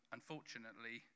Unfortunately